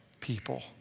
people